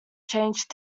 changed